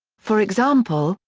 for example,